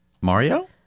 Mario